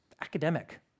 academic